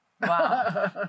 Wow